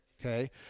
Okay